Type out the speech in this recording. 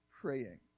praying